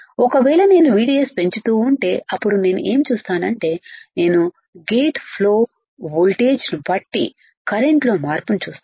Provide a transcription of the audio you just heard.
ఒకవేళ నేను VDSపెంచుతూ ఉంటే అప్పుడునేను ఏమి చూస్తానంటే నేను గేట్ ఫ్లో వోల్టేజ్ను బట్టి కరెంట్లో మార్పును చూస్తాను